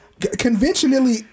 Conventionally